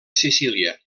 sicília